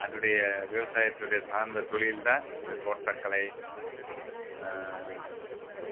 அதுனுடைய விவசாயத்துடைய சார்ந்த தொழில் தான் இந்த தோட்டக்கலை